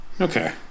Okay